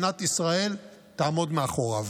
מדינת ישראל תעמוד מאחוריו.